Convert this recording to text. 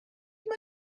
mae